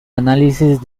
análisis